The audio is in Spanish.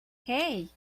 hey